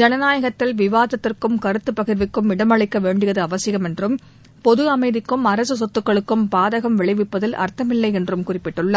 ஜனநாயகத்தில் விவாதத்திற்கும் கருத்து பகிர்வுக்கும் இடமளிக்கப்பட வேண்டியது அவசியம் என்றம் பொது அமைதிக்கும் அரசு சொத்துக்களுக்கும் பாதகம் விளைவிப்பதில் அர்த்தம் இல்லை என்றும் குறிப்பிட்டுள்ளார்